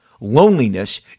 loneliness